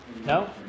No